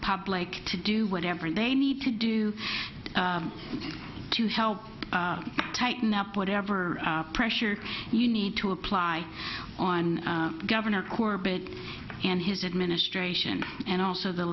public to do whatever they need to do to help tighten up whatever pressure you need to apply on governor corbett and his administration and also the